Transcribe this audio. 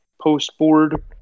post-board